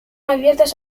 abiertas